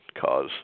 cause